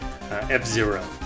F-Zero